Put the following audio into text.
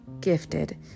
gifted